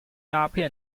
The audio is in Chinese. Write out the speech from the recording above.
鸦片